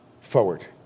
forward